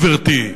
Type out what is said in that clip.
גברתי.